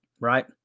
Right